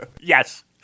Yes